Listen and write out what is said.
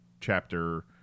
chapter